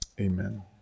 amen